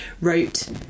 wrote